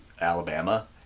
Alabama